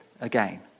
again